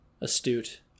astute